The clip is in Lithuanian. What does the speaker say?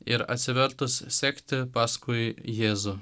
ir atsivertus sekti paskui jėzų